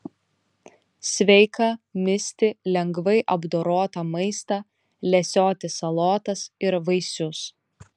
sveika misti lengvai apdorotą maistą lesioti salotas ir vaisius